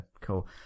Cool